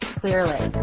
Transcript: clearly